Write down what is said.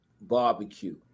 barbecue